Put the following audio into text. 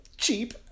cheap